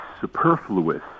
superfluous